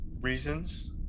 reasons